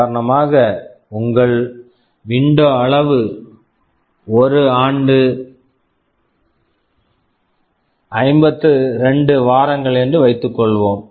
உதாரணமாக உங்கள் window window அளவு ஒரு ஆண்டு 52 வாரங்கள் என்று வைத்துக்கொள்வோம்